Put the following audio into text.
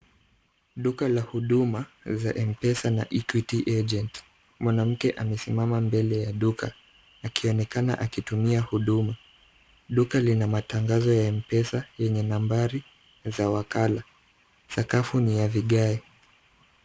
Duka la huduma za mpesa na equity agent . Mwanamke amesimama mbele ya duka akionekana akitumia huduma. Duka lina matangazo ya mpesa yenye nambari za wakala. Sakafu ni ya vigae.